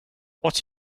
what